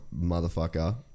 motherfucker